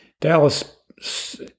Dallas